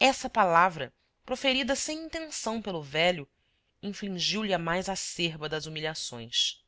essa palavra proferida sem intenção pelo velho infligiu lhe a mais acerba das humilhações